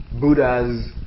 Buddhas